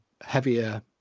heavier